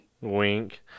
Wink